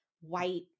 white